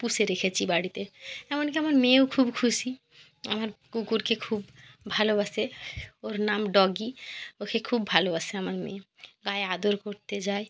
পুষে রেখেছি বাড়িতে এমনকি আমার মেয়েও খুব খুশি আমার কুকুরকে খুব ভালোবাসে ওর নাম ডগি ওকে খুব ভালোবাসে আমার মেয়ে গায়ে আদর করতে যায়